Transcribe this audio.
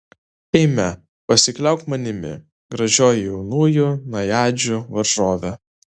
eime pasikliauk manimi gražioji jaunųjų najadžių varžove